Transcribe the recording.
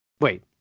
Wait